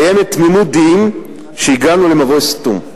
קיימת תמימות דעים שהגענו למבוי סתום.